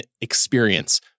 experience